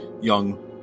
young